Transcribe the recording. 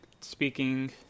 speaking